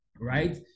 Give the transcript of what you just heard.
Right